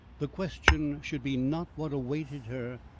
the question should be not what awaited her,